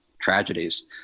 tragedies